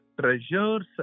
treasures